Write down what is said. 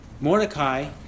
Mordecai